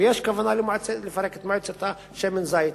ויש כוונה לפרק את מועצת שמן הזית.